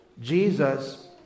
Jesus